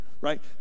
right